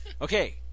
Okay